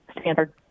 Stanford